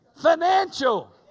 financial